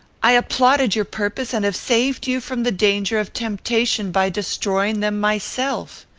i applauded your purpose, and have saved you from the danger of temptation by destroying them myself.